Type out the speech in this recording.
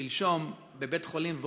שלשום בבית-חולים וולפסון.